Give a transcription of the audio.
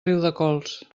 riudecols